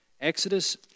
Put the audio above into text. Exodus